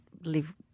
live